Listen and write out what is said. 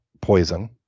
poison